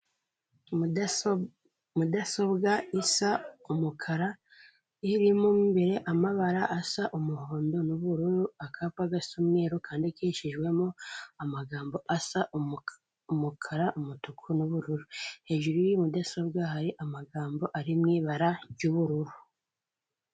Mudaso Mudasobwa isa umukara irimo mo imbere amabara asa umuhondo n'ubururu, akapa gasa n'umweru kandikishijwemo amagambo asa umukara, umutuku n'ubururu, hejuru y'iyi mudasobwa hari amagambo ari mu ibara ry'ubururu.